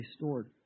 restored